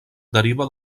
deriva